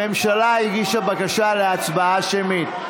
הממשלה הגישה בקשה להצבעה שמית.